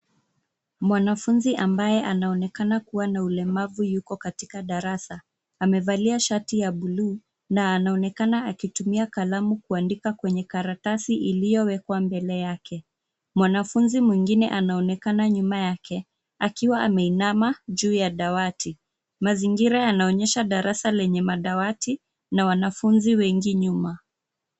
Mwanafunzi ambaye anaonekana kuwa na ulemavu yuko katika darasa. Amevalia shati ya buluu na anaonekana akitumia kalamu kuandika kwenye karatasi iliyowekwa mbele yake. Mwanafunzi mwingine anaonekana nyuma yake, akiwa ameinama juu ya dawati. Mazingira yanaonyesha darasa lenye madawati na wanafunzi wengi nyuma.